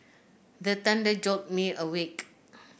the thunder jolt me awake